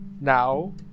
now